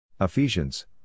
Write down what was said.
Ephesians